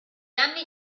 anni